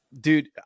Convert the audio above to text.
dude